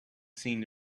seemed